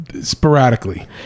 sporadically